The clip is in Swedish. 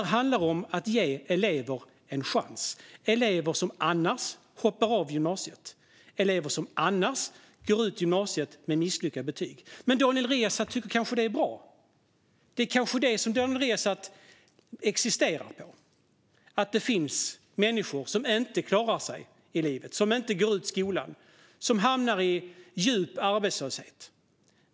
Det handlar om att ge elever en chans, elever som annars hoppar av gymnasiet eller går ut gymnasiet med misslyckade betyg. Men Daniel Riazat kanske tycker att det är bra. Det kanske är det som Daniel Riazat existerar på, att det finns människor som inte klarar sig i livet, som inte går ut skolan, som hamnar i djup arbetslöshet.